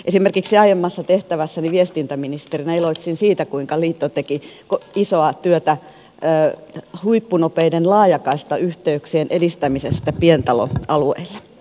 esimerkiksi aiemmassa tehtävässäni viestintäministerinä iloitsin siitä kuinka liitto teki isoa työtä huippunopeiden laajakaistayhteyksien edistämisestä pientaloalueille